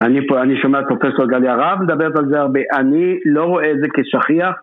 אני שומע פרופסור גליה רהב מדברת על זה הרבה, אני לא רואה את זה כשכיח.